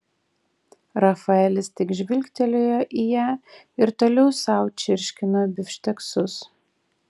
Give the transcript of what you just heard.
rafaelis tik žvilgtelėjo į ją ir toliau sau čirškino bifšteksus